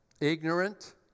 ignorant